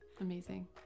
amazing